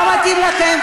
לא מתאים לכם?